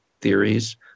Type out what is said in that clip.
theories